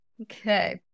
Okay